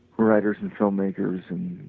writers and filmmakers